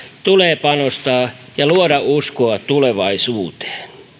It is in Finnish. tulee panostaa ja luoda uskoa tulevaisuuteen